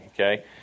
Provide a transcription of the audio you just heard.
okay